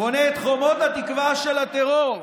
בונה את חומות התקווה של הטרור,